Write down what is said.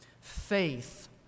Faith